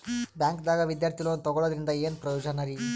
ಬ್ಯಾಂಕ್ದಾಗ ವಿದ್ಯಾರ್ಥಿ ಲೋನ್ ತೊಗೊಳದ್ರಿಂದ ಏನ್ ಪ್ರಯೋಜನ ರಿ?